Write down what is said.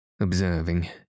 observing